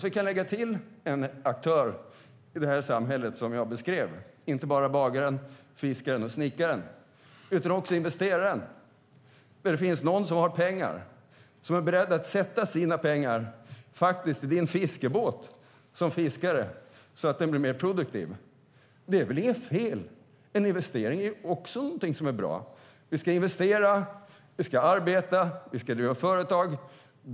Vi kan lägga till en aktör i det samhälle som jag beskrev, inte bara bagaren, fiskaren och snickaren utan också investeraren. Det finns någon som har pengar och som faktiskt är beredd att sätta sina pengar i den fiskebåt du har som fiskare så att den blir mer produktiv. Det är väl inget fel. En investering är också någonting som är bra. Vi ska investera. Vi ska arbeta. Vi ska ha nya företag.